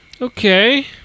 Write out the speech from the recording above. Okay